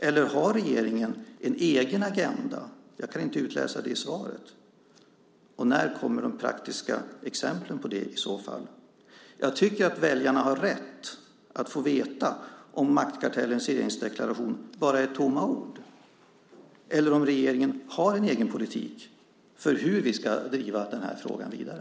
Eller har regeringen en egen agenda - jag kan inte utläsa det i svaret? Och när kommer i så fall de praktiska exemplen på det? Jag tycker att väljarna har rätt att få veta om maktkartellens regeringsdeklaration bara är tomma ord eller om regeringen har en egen politik för hur vi ska driva den här frågan vidare.